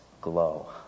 glow